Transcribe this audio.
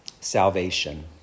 salvation